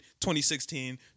2016